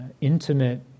intimate